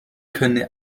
können